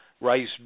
rice